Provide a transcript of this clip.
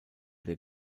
der